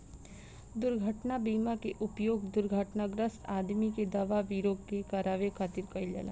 दुर्घटना बीमा के उपयोग दुर्घटनाग्रस्त आदमी के दवा विरो करे खातिर कईल जाला